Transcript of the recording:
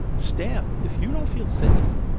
staff, if you don't feel safe,